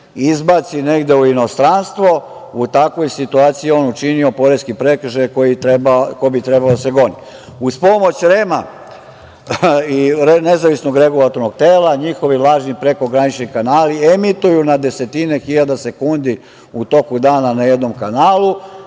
izbaci negde u inostranstvo, u takvoj situaciji on je učinio poreski prekršaj i trebao bi da se goni. Uz pomoć REM-a i nezavisnog regulatornog tela njihovi lažni prekogranični kanali emituju na desetine hiljada sekundi u toku dana na jednom kanalu